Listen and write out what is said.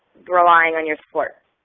relying on your support.